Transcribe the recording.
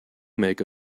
make